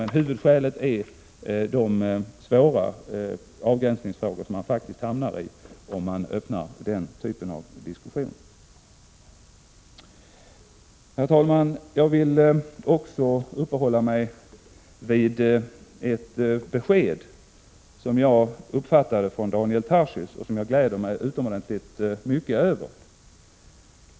Men huvudskälet är de svåra avgränsningsfrågor man faktiskt hamnar i om man öppnar den här typen av diskussion. Herr talman! Jag vill också uppehålla mig vid ett besked som jag uppfattade från Daniel Tarschys och som jag gläder mig utomordentligt mycket jver.